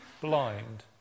blind